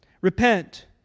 repent